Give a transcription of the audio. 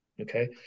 okay